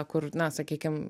kur na sakykim